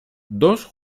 dos